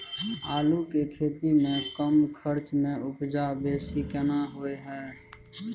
आलू के खेती में कम खर्च में उपजा बेसी केना होय है?